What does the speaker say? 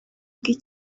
bw’i